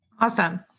Awesome